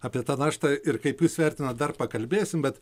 apie tą naštą ir kaip jūs vertinat dar pakalbėsim bet